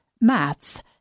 maths